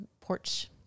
porch